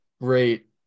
Great